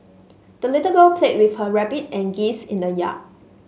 the little girl played with her rabbit and geese in the yard